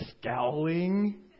scowling